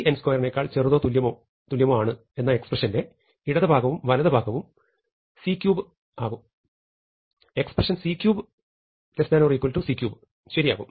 n2 എന്ന എക്സ്പ്രഷന്റെ ഇടതുഭാഗവും വലതുഭാഗവും c3 ആകും എക്സ്പ്രെഷൻ c3 c3 ശരിയാകും